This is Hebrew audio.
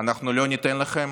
אנחנו לא ניתן לכם